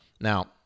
now